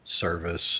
service